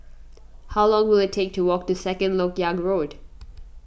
how long will it take to walk to Second Lok Yang Road